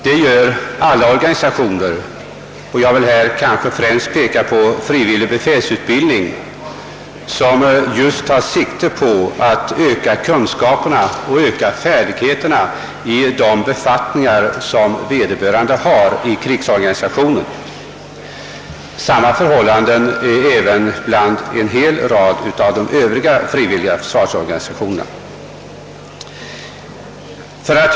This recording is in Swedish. Det gör alla organisationer, men jag vill här först peka på den frivilliga befälsutbildningsrörelsen, som enbart tar sikte på att öka kunskaperna och färdigheterna i de befattningar som vederbörande har inom krigsorganisationen. Samma sak gäller för övriga frivilliga försvarsorganisationer i fråga om uppgifter inom totalförsvarets ram.